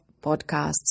podcasts